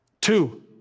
Two